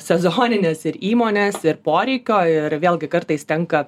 sezoninės ir įmonės ir poreikio ir vėlgi kartais tenka